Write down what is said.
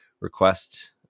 request